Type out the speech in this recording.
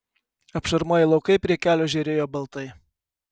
apšarmoję laukai prie kelio žėrėjo baltai